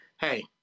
hey